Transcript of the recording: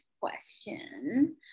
question